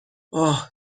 اَه